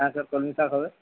হ্যাঁ স্যার কলমী শাক হবে